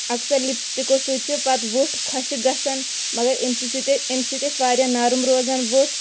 اَکثَر لِپسٹِکو سۭتۍ چھُ پَتہٕ وٕٹھ خۄشِک گژھان مگر اَمہِ سہِ سۭتۍ اَمہِ سۭتۍ ٲسۍ واریاہ نَرم روزان وٕٹھ